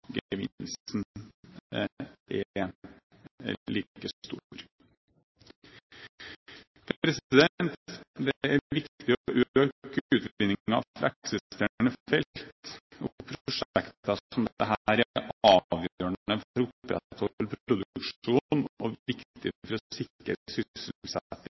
er like stor. Det er viktig å øke utvinningen fra eksisterende felt, og prosjekter som dette er avgjørende for å opprettholde produksjonen og